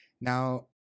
now